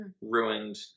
ruined